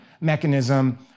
mechanism